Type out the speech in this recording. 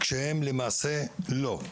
אבל למעשה הם לא,